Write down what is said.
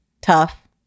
tough